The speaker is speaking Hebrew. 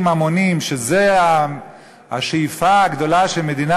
המונים שזאת השאיפה הגדולה של מדינה,